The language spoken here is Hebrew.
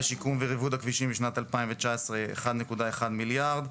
שיקום וריבוד הכבישים לשנת 2019 היה 1.1 מיליארד.